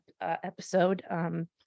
episode